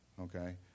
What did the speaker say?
okay